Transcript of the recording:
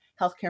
healthcare